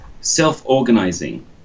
self-organizing